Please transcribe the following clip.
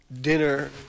dinner